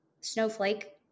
snowflake